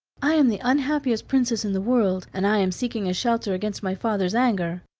i am the unhappiest princess in the world, and i am seeking a shelter against my father's anger.